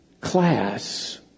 class